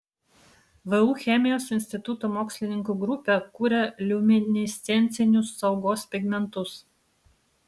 vu chemijos instituto mokslininkų grupė kuria liuminescencinius saugos pigmentus